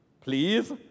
please